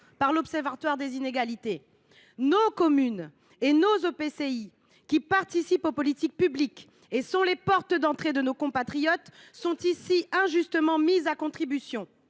par l’Observatoire des inégalités. Nos communes et nos EPCI, qui participent aux politiques publiques et qui sont les portes d’entrée des demandes de nos compatriotes, sont injustement mises à contribution.